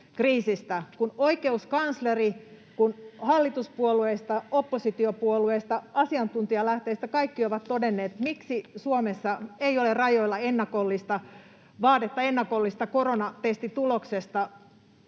Kun oikeuskansleri, kun hallituspuolueista, oppositiopuolueista, asiantuntijalähteistä kaikki ovat todenneet, miksi Suomessa ei ole rajoilla vaadetta ennakollisesta koronatestituloksesta